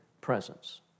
presence